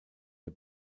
der